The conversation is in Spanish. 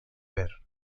ver